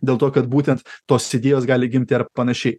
dėl to kad būtent tos idėjos gali gimti ar panašiai